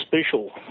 special